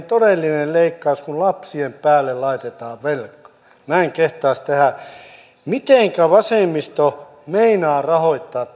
todellinen leikkaus kun lapsien päälle laitetaan velkaa minä en kehtaisi niin tehdä mitenkä vasemmisto meinaa rahoittaa